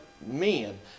men